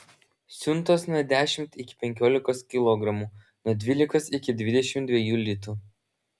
siuntos nuo dešimt iki penkiolikos kilogramų nuo dvylikos iki dvidešimt dviejų litų